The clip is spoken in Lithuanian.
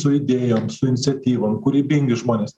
su idėjom su iniciatyvom kūrybingi žmonės